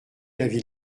l’avis